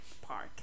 park